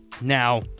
Now